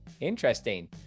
Interesting